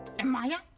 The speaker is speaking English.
and maya?